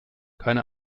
keine